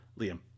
Liam